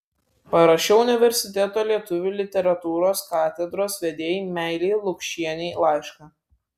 parašiau universiteto lietuvių literatūros katedros vedėjai meilei lukšienei laišką